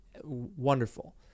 wonderful